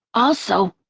also,